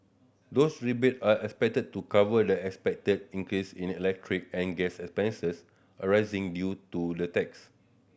those rebate are expected to cover the expected increase in electric and gas expenses arising due to the tax